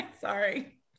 sorry